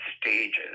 stages